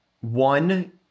one